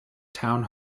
town